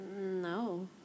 No